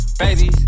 baby